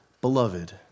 Beloved